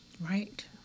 Right